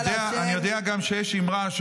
אני גם יודע שיש אמרה,